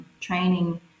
training